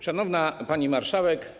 Szanowna Pani Marszałek!